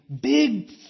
big